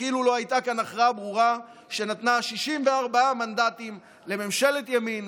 וכאילו לא הייתה כאן הכרעה ברורה שנתנה 64 מנדטים לממשלת ימין,